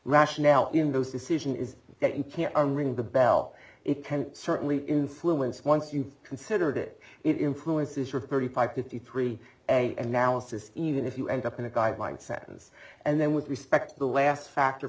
rationale in those decision is that you can ring the bell it can certainly influence once you've considered it it influences your thirty five fifty three a analysis even if you end up in a guideline sentence and then with respect to the last factor